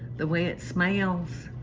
the way it smells.